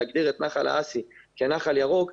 להגדיר את נחל האסי כנחל ירוק,